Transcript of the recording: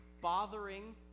bothering